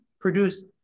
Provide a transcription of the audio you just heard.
produce